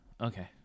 Okay